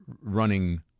running